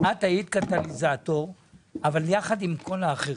את היית קטליזטור יחד עם כל החברים